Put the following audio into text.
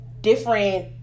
different